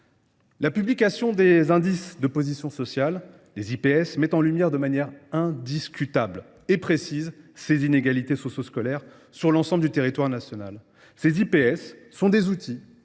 La publication des indices de position sociale met en lumière de manière indiscutable et précise la réalité des inégalités socioscolaires sur l’ensemble du territoire national. Les IPS sont des outils